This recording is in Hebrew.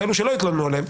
כאלו שלא התלוננו עליהם,